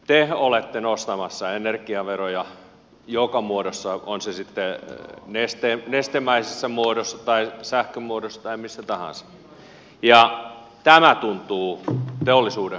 te olette nostamassa energiaveroja joka muodossa on se sitten nestemäisessä muodossa tai sähkön muodossa tai missä tahansa ja tämä tuntuu teollisuuden kukkarossa huomattavasti